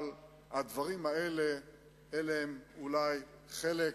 אבל הדברים האלה הם כורח